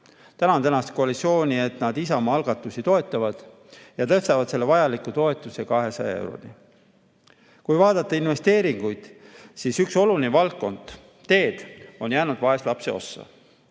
Tänan tänast koalitsiooni, et nad Isamaa algatusi toetavad ja tõstavad selle vajaliku toetuse 200 euroni. Kui vaadata investeeringuid, siis üks oluline valdkond – teed – on jäänud vaeslapse ossa.